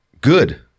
Good